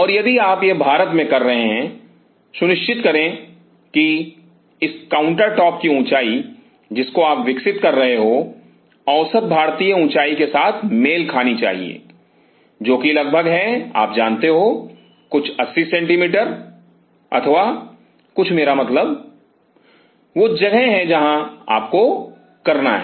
और यदि आप यह भारत में कर रहे हैं तो सुनिश्चित करें की इस काउंटरटॉप की ऊंचाई जिसको आप विकसित कर रहे हो औसत भारतीय ऊंचाई के साथ मेल खानी चाहिए जो कि लगभग है आप जानते हो कुछ 80 सेंटीमीटर अथवा कुछ मेरा मतलब वो जगह है जहां आपको करना है